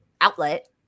outlet